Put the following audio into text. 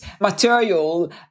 material